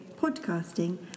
podcasting